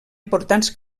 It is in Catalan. importants